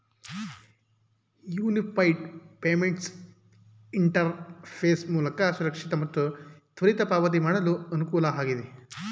unified payments interface ಮೂಲಕ ಸುರಕ್ಷಿತ ಮತ್ತು ತ್ವರಿತ ಪಾವತಿ ಮಾಡಲು ಅನುಕೂಲ ಆಗಿದೆ